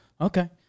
Okay